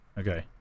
Okay